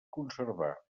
conservar